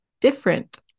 different